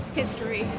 history